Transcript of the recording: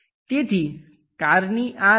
તેથી કારની આ લાઈન આની સાથે એકરુપ છે